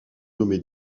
nommé